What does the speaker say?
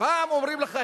פעם אומרים לך,